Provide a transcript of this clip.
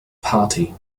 party